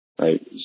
right